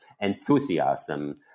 enthusiasm